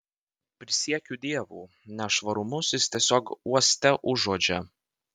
prisiekiu dievu nešvarumus jis tiesiog uoste užuodžia